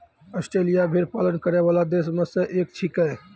Australia भेड़ पालन करै वाला देश म सें एक छिकै